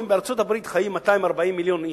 אם בארצות-הברית חיים 240 מיליון איש,